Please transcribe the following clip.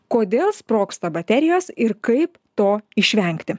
kodėl sprogsta baterijos ir kaip to išvengti